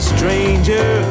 stranger